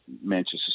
Manchester